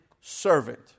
servant